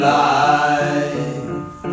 life